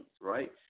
right